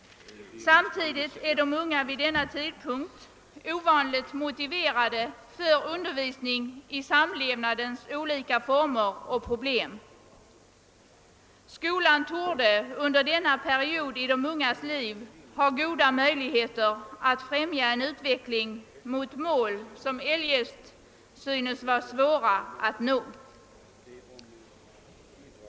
Samtidigt är de vid denna tidpunkt ovanligt mottagliga för undervisning i samlevnadens olika former och problem. Skolan torde under denna period i de ungas liv ha goda möjligheter att främja en utveckling mot mål som annars synes vara svåra att nå.